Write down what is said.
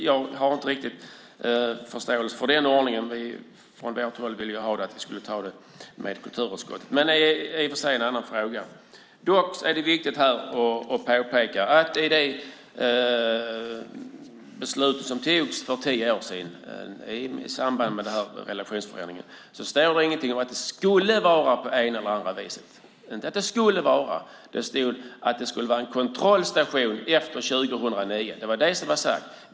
Jag har inte riktigt förståelse för den ordningen. Från vårt håll ville jag att vi skulle ta det med kulturutskottet. Men det är i och för sig en annan fråga. Dock är det viktigt att påpeka att i det beslut som togs för tio år sedan i samband med relationsförändringen står ingenting om att det skulle vara på det ena eller det andra viset. Det stod att det skulle vara en kontrollstation efter 2009. Det var det som var sagt.